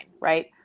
right